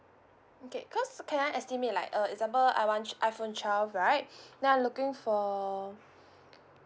okay cause can I estimate like uh example I want iPhone twelve right now I'm looking for